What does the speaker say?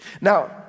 Now